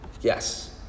Yes